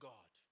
God